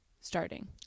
starting